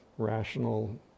rational